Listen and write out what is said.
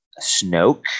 Snoke